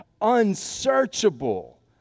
unsearchable